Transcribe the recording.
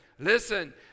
Listen